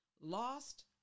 lost